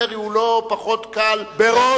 מיסיונרי הוא לא פחות קל מאנטישמי.